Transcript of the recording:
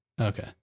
Okay